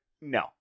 no